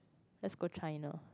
let's go China